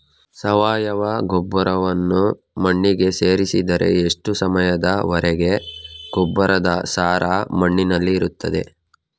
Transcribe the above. ಸಾವಯವ ಗೊಬ್ಬರವನ್ನು ಮಣ್ಣಿಗೆ ಸೇರಿಸಿದರೆ ಎಷ್ಟು ಸಮಯದ ವರೆಗೆ ಗೊಬ್ಬರದ ಸಾರ ಮಣ್ಣಿನಲ್ಲಿ ಇರುತ್ತದೆ?